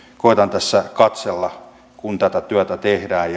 koetan tässä katsella kun tätä työtä tehdään